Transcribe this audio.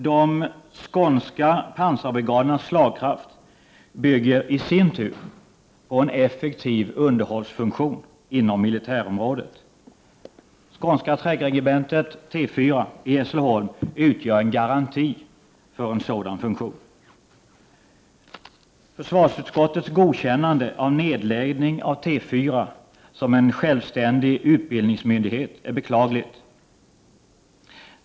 De skånska pansarbrigadernas slagkraft bygger i sin tur på en effektiv underhållsfunktion inom militärområdet. Skånska trängregementet, T4, i Hässleholm utgör en garanti för en sådan funktion. Försvarsutskottets godkännande av nedläggning av T4 som självständig utbildningsmyndighet är beklagligt.